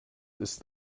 ist